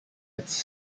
its